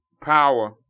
power